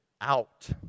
out